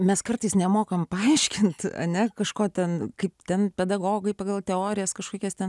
mes kartais nemokame paaiškinti ane kažko ten kaip ten pedagogai pagal teorijas kažkokias ten